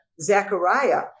Zechariah